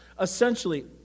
Essentially